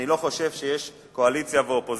אני לא חושב שיש קואליציה ואופוזיציה.